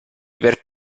per